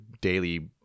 daily